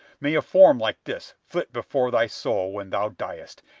may a form like this flit before thy soul when thou diest,